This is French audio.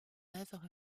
œuvre